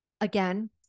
again